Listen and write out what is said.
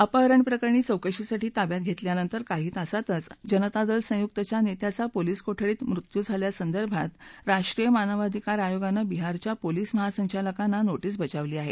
अपहरण प्रकरणी चौकशीसाठी ताब्यात घेतल्यानंतर काही तासांतच जनता दल संयुक्तच्या नेत्याचा पोलीस कोठडीत मृत्यू झाल्यासंदर्भात राष्ट्रीय मानवाधिकार आयोगाने बिहारच्या पोलीस महासंचालकांना नोटीस बजावली आहे